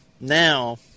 now